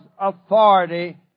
authority